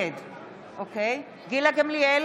נגד גילה גמליאל,